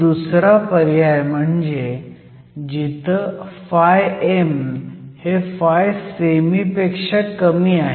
दुसरा पर्याय म्हणजे जिथं φm हे φsemi पेक्षा कमी आहे